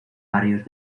varios